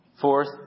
Fourth